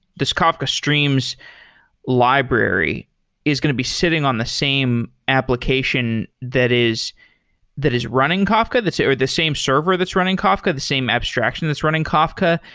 this kafka streams library is going to be sitting on the same application that is that is running kafka or the same server that's running kafka. the same abstraction that's running kafka.